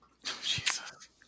Jesus